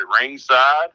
ringside